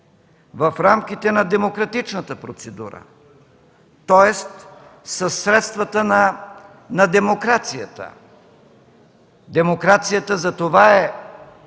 в рамките на демократичната процедура, тоест със средствата на демокрацията. Демокрацията затова е